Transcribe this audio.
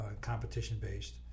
competition-based